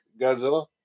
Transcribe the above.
Godzilla